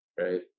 right